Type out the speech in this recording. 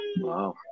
Wow